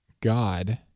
God